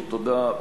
והיא תודה,